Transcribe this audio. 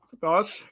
thoughts